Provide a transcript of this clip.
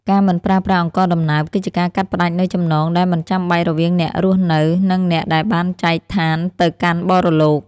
ការមិនប្រើប្រាស់អង្ករដំណើប គឺជាការកាត់ផ្តាច់នូវចំណងដែលមិនចាំបាច់រវាងអ្នករស់នៅ និងអ្នកដែលបានចែកឋានទៅកាន់បរលោក។